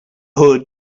hood